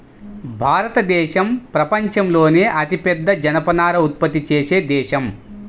భారతదేశం ప్రపంచంలోనే అతిపెద్ద జనపనార ఉత్పత్తి చేసే దేశం